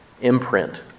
imprint